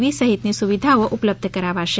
વી સહિતની સુવિધાઓ ઉપલબ્ધ કરાવાશે